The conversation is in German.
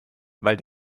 weil